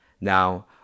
Now